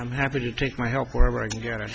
i'm happy to take my help wherever i can get it